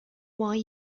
why